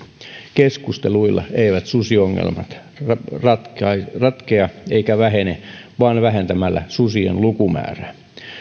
keskusteluilla eivät susiongelmat ratkea eivätkä vähene vaan vähentämällä susien lukumäärää